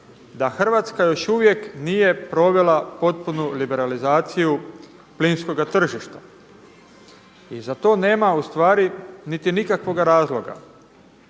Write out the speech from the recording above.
da Hrvatska još uvijek nije provela potpunu liberalizaciju plinskoga tržišta. I za to nema ustvari niti nikakvoga razloga.